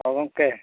ᱦᱳᱭ ᱜᱚᱢᱠᱮ